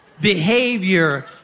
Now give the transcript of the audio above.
behavior